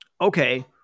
okay